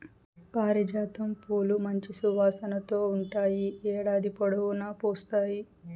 పారిజాతం పూలు మంచి సువాసనతో ఉంటాయి, ఏడాది పొడవునా పూస్తాయి